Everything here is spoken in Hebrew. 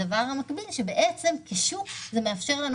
הדבר המקביל זה שהשוק הזה מאפשר לנו